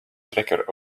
trekker